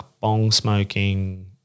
bong-smoking